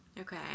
Okay